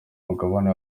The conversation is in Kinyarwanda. mugabane